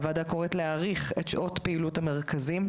הוועדה קוראת להאריך את שעות פעילות המרכזים.